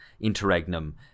interregnum